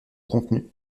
contenu